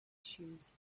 issues